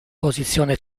posizione